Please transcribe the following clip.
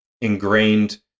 ingrained